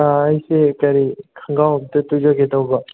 ꯑꯩꯁꯦ ꯀꯔꯤ ꯈꯣꯡꯒ꯭ꯔꯥꯎ ꯑꯃꯇ ꯇꯨꯖꯒꯦ ꯇꯧꯕ